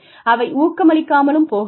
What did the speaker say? அவை ஊக்கமளிக்காமலும் போகலாம்